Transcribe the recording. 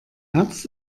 herz